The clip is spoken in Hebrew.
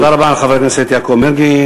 תודה רבה לחבר הכנסת יעקב מרגי.